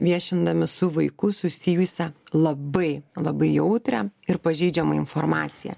viešindami su vaiku susijusią labai labai jautrią ir pažeidžiamą informaciją